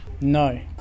No